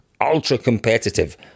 ultra-competitive